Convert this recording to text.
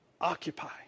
Occupy